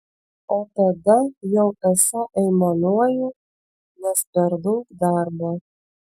o tada jau esą aimanuoju nes per daug darbo